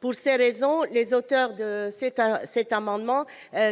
Pour ces raisons, les auteurs de l'amendement